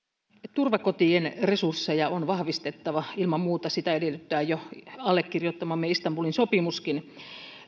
turvakotien resursseja on vahvistettava ilman muuta sitä edellyttää jo allekirjoittamamme istanbulin sopimuskin